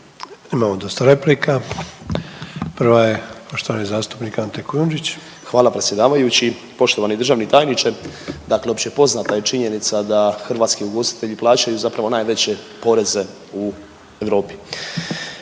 Imamo dosta replika, prva je poštovani zastupnik Ante Kujundžić. **Kujundžić, Ante (MOST)** Hvala predsjedavajući. Poštovani državni tajniče. Dakle, općepoznata je činjenica da hrvatski ugostitelji plaćaju zapravo najveće poreze u Europi,